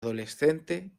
adolescente